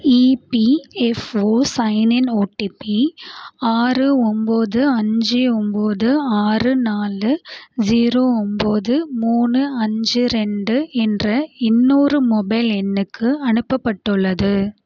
EPFO sign in OTP ஆறு ஒம்பது அஞ்சு ஒம்பது ஆறு நாலு ஜீரோ ஒம்பது மூணு அஞ்சு ரெண்டு என்ற இன்னொரு மொபைல் எண்ணுக்கு அனுப்பப்பட்டுள்ளது